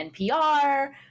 NPR